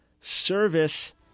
service